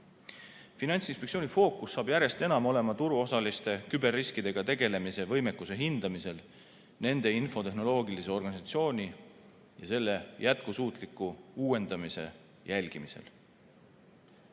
Finantsinspektsiooni fookus on järjest enam turuosaliste küberriskidega tegelemise võimekuse hindamisel, nende infotehnoloogilise organisatsiooni ja selle jätkusuutliku uuendamise jälgimisel.